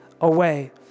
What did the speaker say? away